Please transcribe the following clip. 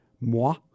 moi